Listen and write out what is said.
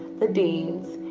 the deans,